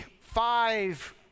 five